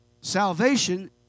Salvation